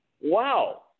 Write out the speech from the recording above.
wow